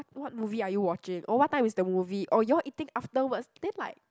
what movie are you watching or what time is the movie or you all eating afterwards then like